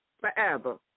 Forever